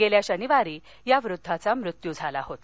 गेल्या शनिवारी या वृद्धाचा मृत्यू झाला होता